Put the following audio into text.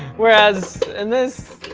whereas, in this,